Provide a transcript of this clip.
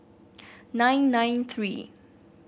nine nine three